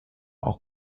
auch